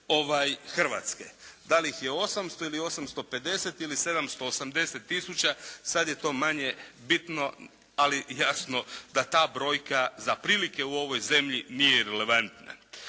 Hrvatske. Da li ih je 800 ili 850 ili 780 000 sad je to manje bitno, ali jasno da ta brojka za prilike u ovoj zemlji nije relevantna.